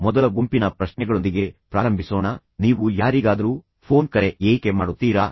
ಈಗ ನಾವು ಮೊದಲ ಗುಂಪಿನ ಪ್ರಶ್ನೆಗಳೊಂದಿಗೆ ಪ್ರಾರಂಭಿಸೋಣ ನೀವು ಯಾರಿಗಾದರೂ ಫೋನ್ ಕರೆ ಏಕೆ ಮಾಡುತ್ತೀರಾ